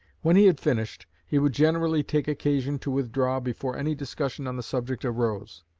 when he had finished, he would generally take occasion to withdraw before any discussion on the subject arose.